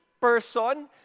person